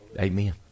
Amen